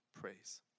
praise